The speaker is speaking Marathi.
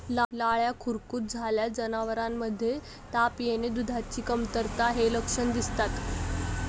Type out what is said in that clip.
लाळ्या खुरकूत झाल्यास जनावरांमध्ये ताप येणे, दुधाची कमतरता हे लक्षण दिसतात